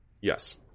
Yes